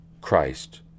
Christ